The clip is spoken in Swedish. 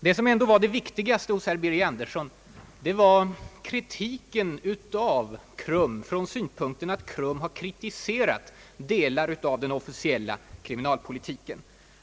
Det kanske viktigaste i herr Birger Anderssons anförande var kritiken av KRUM från synpunkten att KRUM hade kritiserat delar av den officiella kriminalpolitiken.